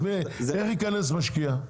איך ייכנס משקיע?